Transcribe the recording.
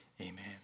Amen